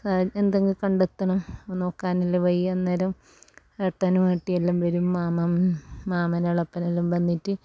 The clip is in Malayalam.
എന്തെങ്കിലും കണ്ടെത്തണം നോക്കാനിനി വയ്യ അന്നേരം ഏട്ടനും ഏട്ടിയെല്ലാം വരും മാമ മാമനെളാപ്പനെല്ലാം വന്നിട്ട്